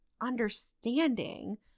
understanding